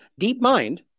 DeepMind